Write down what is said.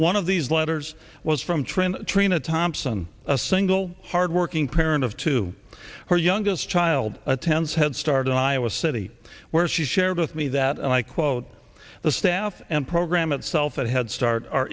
one of these letters was from trent trina thompson a single hard working parent of two her youngest child attends headstart in iowa city where she shared with me that and i quote the staff and program itself at head start